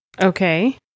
okay